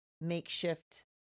makeshift